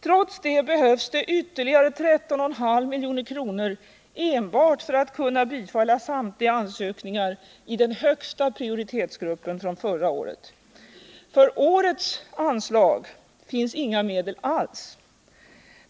Trots detta behövs ytterligare 13,5 milj.kr. enbart för att kunna bifalla samtliga ansökningar i den högsta prioritetsgruppen från förra året. För årets anslag finns inga medel alls.